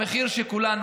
המחיר שכולנו,